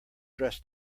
dress